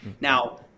Now